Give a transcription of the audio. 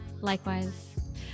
Likewise